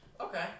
Okay